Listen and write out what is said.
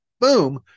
boom